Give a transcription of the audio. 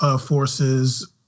forces